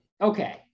Okay